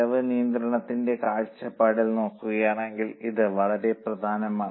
ചെലവ് നിയന്ത്രണത്തിന്റെ കാഴ്ചപ്പാടിൽ നോക്കുകയാണെങ്കിൽ ഇത് വളരെ പ്രധാനമാണ്